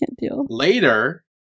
later